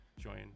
join